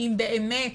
אם באמת